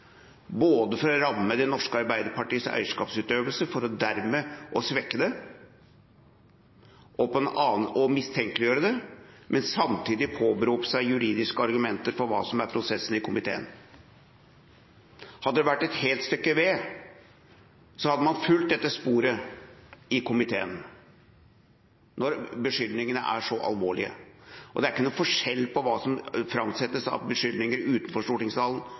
påberope seg juridiske argumenter for hva som er prosessen i komiteen. Hadde det vært et helt stykke ved, hadde man fulgt dette sporet i komiteen når beskyldningene er så alvorlige. Det er ikke noen forskjell på hva som framsettes av beskyldninger utenfor stortingssalen